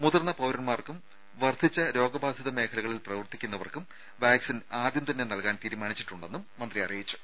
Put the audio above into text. മുതിർന്ന പൌരൻമാർക്കും വർദ്ധിച്ച രോഗബാധിത മേഖലകളിൽ പ്രവർത്തിക്കുന്നവർക്കും വാക്സിൻ ആദ്യംതന്നെ നൽകാനും തീരുമാനിച്ചിട്ടുണ്ടെന്ന് മന്ത്രി അറിയിച്ചു